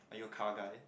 are you a car guy